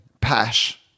Pash